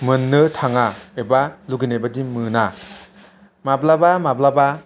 मोन्नो थाङा एबा लुगैनाय बायदि मोना माब्लाबा माब्लाबा